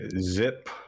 Zip